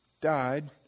died